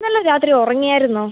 ഇന്നലെ രാത്രി ഉറങ്ങിയായിരുന്നോ